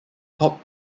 top